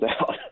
out